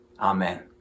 Amen